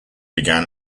began